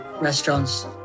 restaurants